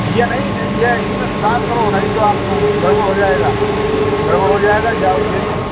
यह नहीं नहीं यह इसमें सुधार करो नहीं तो आप गड़ बड़ हो जाएगी गड़ बड़ हो जाएगी जाओगे जेल फिर